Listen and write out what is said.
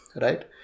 right